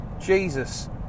Jesus